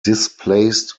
displaced